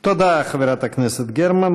תודה לחברת הכנסת גרמן.